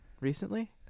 Recently